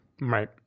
Right